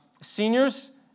Seniors